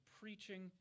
preaching